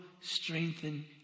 strengthen